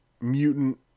mutant